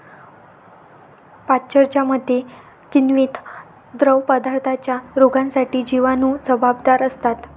पाश्चरच्या मते, किण्वित द्रवपदार्थांच्या रोगांसाठी जिवाणू जबाबदार असतात